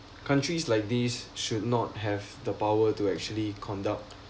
countries like this should not have the power to actually conduct